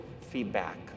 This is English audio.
feedback